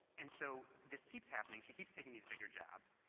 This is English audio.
and so this keeps happening, she keeps taking these bigger jobs.